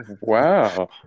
Wow